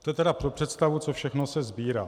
To je tedy pro představu, co všechno se sbírá.